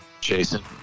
Jason